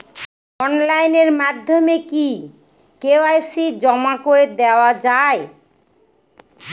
Online মাধ্যমে কি KYC জমা করে দেওয়া য়ায়?